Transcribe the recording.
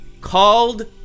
called